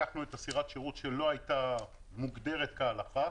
לקחנו את סירת השירות שלא הייתה מוגדרת כהלכה,